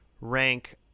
rank